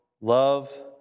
love